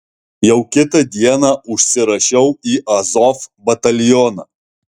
jau kitą dieną užsirašiau į azov batalioną